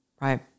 right